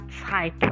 type